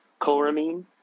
chloramine